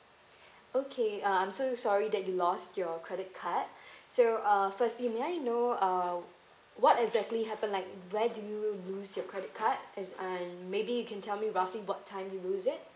okay uh I'm so sorry that you lost your credit card so uh firstly may I know uh what exactly happened like where did you lose your credit card as I'm maybe you can tell me roughly what time you lose it